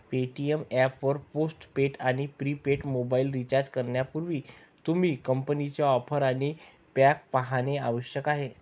Paytm app वर postpaid आणि prepaid mobile recharge करण्यापूर्वी, तुम्ही कंपनीच्या ऑफर आणि पॅक पाहणे आवश्यक आहे